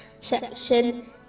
section